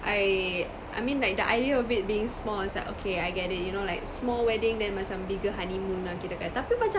I I mean like the idea of it being small it's like okay I get it you know like small wedding then macam bigger honeymoon lah kirakan tapi macam